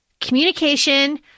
communication